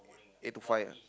eight to five